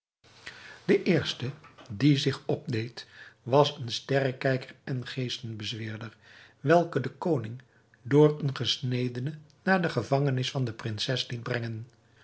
de eerste die zich opdeed was een sterrekijker en geestenbezweerder welken de koning door een gesnedene naar de gevangenis van de prinses liet brengen